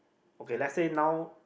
okay let's say now